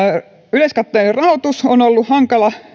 yleiskatteinen rahoitus on ollut hankala